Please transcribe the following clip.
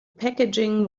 packaging